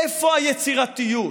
איפה היצירתיות?